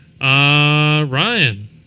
Ryan